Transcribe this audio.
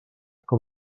com